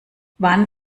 wann